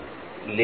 ले क्या है